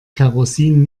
kerosin